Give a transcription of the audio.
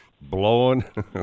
Blowing